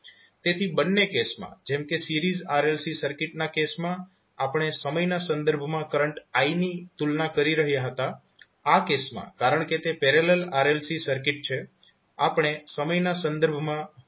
તેથી બંને કેસમાં જેમ કે સિરીઝ RLC સર્કિટના કેસમાં આપણે સમયના સંદર્ભમાં કરંટ i ની તુલના કરી રહ્યા હતા આ કેસમાં કારણ કે તે પેરેલલ RLC સર્કિટ છે આપણે સમયના સંદર્ભમાં વોલ્ટેજ શોધવામાં રસ ધરાવીએ છીએ